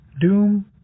doom